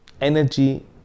energy